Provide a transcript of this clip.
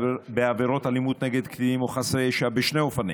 בעבירות אלימות נגד קטינים או חסרי ישע בשני אופנים: